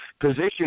position